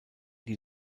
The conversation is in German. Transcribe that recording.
die